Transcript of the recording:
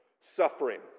suffering